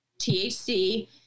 THC